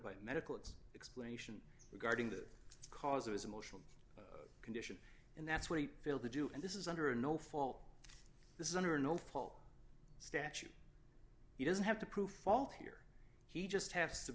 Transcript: by medical its explanation regarding the cause of his emotional condition and that's what he failed to do and this is under no fault this is under no fault statute he doesn't have to prove fault here he just has to